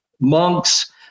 monks